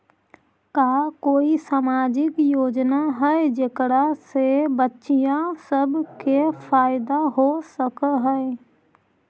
का कोई सामाजिक योजना हई जेकरा से बच्चियाँ सब के फायदा हो सक हई?